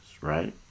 right